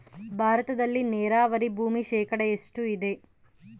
ಭಾರತದಲ್ಲಿ ನೇರಾವರಿ ಭೂಮಿ ಶೇಕಡ ಎಷ್ಟು ಇದೆ?